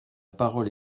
parole